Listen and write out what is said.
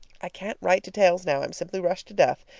i can't write details now i'm simply rushed to death.